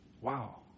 wow